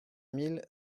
mille